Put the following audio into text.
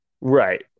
Right